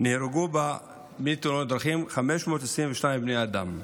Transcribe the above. נהרגו בתאונות דרכים 522 בני אדם.